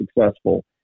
successful